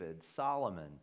Solomon